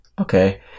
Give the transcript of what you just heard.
Okay